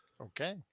Okay